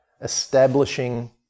establishing